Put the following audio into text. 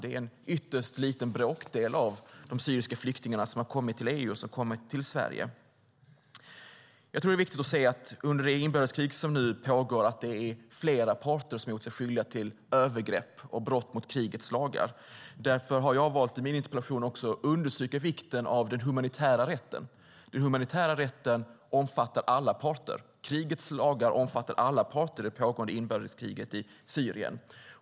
Det är en ytterst liten del av de syriska flyktingarna som har kommit till EU och Sverige. Jag tror att det är viktigt att se att under det inbördeskrig som nu pågår har flera parter gjort sig skyldiga till övergrepp och brott mot krigets lagar. Därför har jag valt att i min interpellation understryka vikten av den humanitära rätten. Den omfattar alla parter. Krigets lagar omfattar alla parter i det pågående inbördeskriget i Syrien.